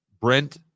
Brent